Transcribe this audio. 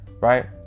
right